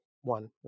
one